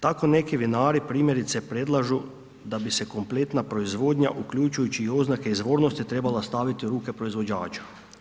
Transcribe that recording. Tako neki vinari primjerice predlažu da bi se kompletna proizvodnja, uključujući i oznake izvornosti, trebala staviti u ruke proizvođača.